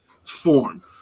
form